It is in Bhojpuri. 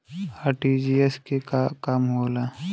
आर.टी.जी.एस के का काम होला?